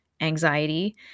Anxiety